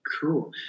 cool